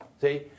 See